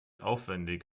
aufwendig